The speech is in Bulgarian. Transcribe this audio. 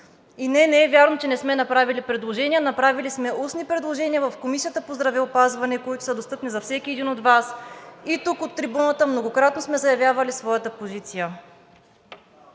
И не, не е вярно, че не сме направили предложения. Направили сме устни предложения в Комисията по здравеопазване, които са достъпни за всеки един от Вас и тук от трибуната многократно сме заявявали своята позиция.